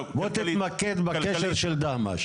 בוא תתמקד בקשר של דהמש.